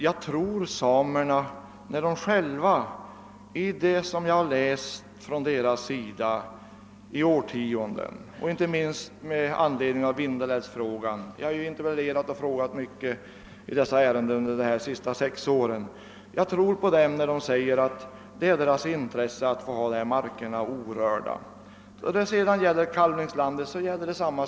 Jag har läst mycket om och av samerna i årtionden, inte minst med anledning av Vindelälvsfrågan — jag har ju interpellerat mycket i sådana ärenden under de senaste sex åren. Jag tror samerna när de säger att det ligger i deras intresse att få ha dessa marker orörda. Samma sak gäller i fråga om kalvningslandet.